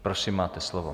Prosím, máte slovo.